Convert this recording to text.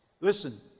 Listen